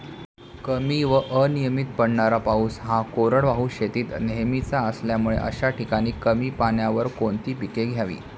कमी व अनियमित पडणारा पाऊस हा कोरडवाहू शेतीत नेहमीचा असल्यामुळे अशा ठिकाणी कमी पाण्यावर कोणती पिके घ्यावी?